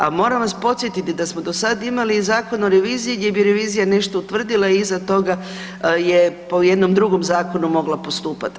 A moram vas podsjetiti da smo do sad imali i Zakon o reviziji gdje bi revizija nešto utvrdila i iza toga je po jednom drugom zakonu mogla postupat.